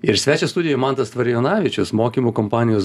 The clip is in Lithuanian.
ir svečias studijoj mantas tvarijonavičius mokymų kompanijos